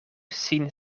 sin